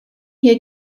hier